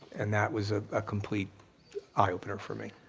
and that was a ah complete eye opener for me.